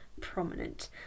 prominent